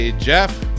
Jeff